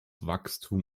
wachstum